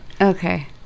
Okay